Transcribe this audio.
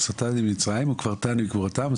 שכן כתוב: "ונשאתני ממצרים וקברתני בקבורתם".